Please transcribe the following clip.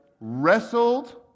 wrestled